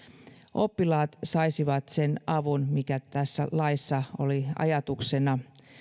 oppilaat saisivat sen avun mikä tässä laissa oli ajatuksena